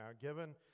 given